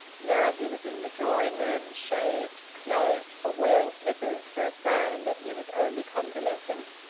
now he was in the drawing-room, shaved, clothed, but wearing slippers for a sign that he was only convalescent,